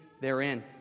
therein